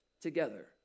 together